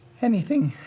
anything,